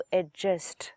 adjust